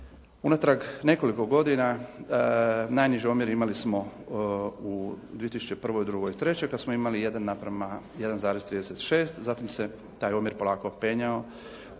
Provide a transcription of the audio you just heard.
unatrag nekoliko godina najniži omjer imali smo u 2001., 2002. i 2003. kada smo imali 1:1,36, zatim se taj omjer polako penjao